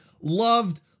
loved